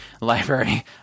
library